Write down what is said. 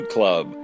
Club